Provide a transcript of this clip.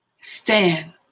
stand